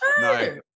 No